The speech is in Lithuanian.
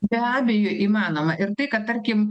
be abejo įmanoma ir tai kad tarkim